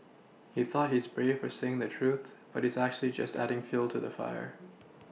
he thought he's brave for saying the truth but he's actually just adding fuel to the fire